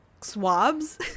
swabs